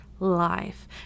Life